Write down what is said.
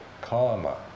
karma